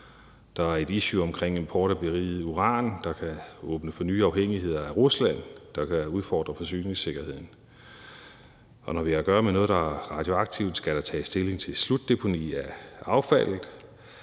Der er et issue omkring import af beriget uran, der kan åbne for nye afhængigheder af Rusland, som kan udfordre forsyningssikkerheden. Og når vi har at gøre med noget, der er radioaktivt, skal der tages stilling til slutdeponi af affaldet,